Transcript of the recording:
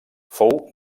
fou